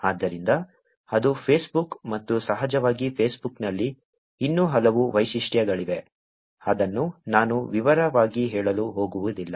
ಆದ್ದರಿಂದ ಅದು ಫೇಸ್ಬುಕ್ ಮತ್ತು ಸಹಜವಾಗಿ ಫೇಸ್ಬುಕ್ನಲ್ಲಿ ಇನ್ನೂ ಹಲವು ವೈಶಿಷ್ಟ್ಯಗಳಿವೆ ಅದನ್ನು ನಾನು ವಿವರವಾಗಿ ಹೇಳಲು ಹೋಗುವುದಿಲ್ಲ